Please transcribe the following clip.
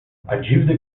dívida